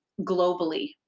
globally